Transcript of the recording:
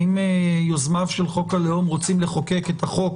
אם יוזמיו של חוק הלאום רוצים לחוקק את החוק